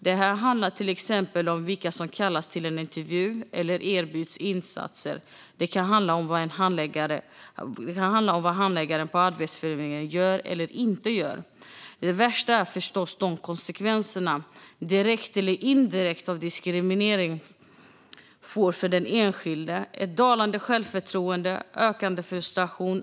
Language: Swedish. Det handlar till exempel om vilka som kallas till en intervju eller erbjuds insatser. Det kan handla om vad handläggaren på Arbetsförmedlingen gör eller inte gör. Det värsta är förstås de konsekvenser, direkta eller indirekta, som diskriminering får för den enskilde i form av ett dalande självförtroende och ökad frustration.